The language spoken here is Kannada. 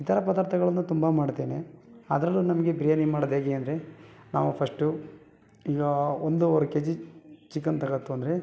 ಇತರ ಪದಾರ್ಥಗಳನ್ನೂ ತುಂಬ ಮಾಡುತ್ತೇನೆ ಅದರಲ್ಲೂ ನಮಗೆ ಬಿರ್ಯಾನಿ ಮಾಡೊದು ಹೇಗೆ ಅಂದರೆ ನಾವು ಫಶ್ಟು ಈಗ ಒಂದುವರೆ ಕೆ ಜಿ ಚಿಕನ್ ತಗತ್ತು ಅಂದರೆ